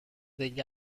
degli